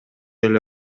эле